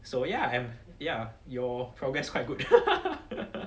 so ya I'm ya your progress quite good